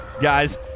guys